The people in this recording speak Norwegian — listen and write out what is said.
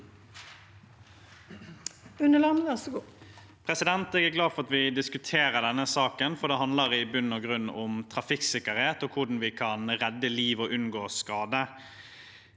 Jeg er glad for at vi diskuterer denne saken, for det handler i bunn og grunn om trafikksikkerhet og hvordan vi kan redde liv og unngå skade.